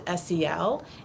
SEL